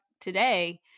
today